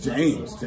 James